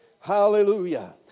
Hallelujah